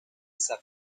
esa